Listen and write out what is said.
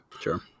Sure